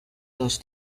dos